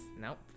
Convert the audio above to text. Nope